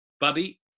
Buddy